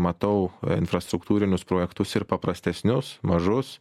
matau infrastruktūrinius projektus ir paprastesnius mažus